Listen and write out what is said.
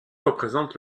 représente